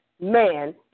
man